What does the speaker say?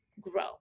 grow